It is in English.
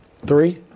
Three